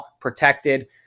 protected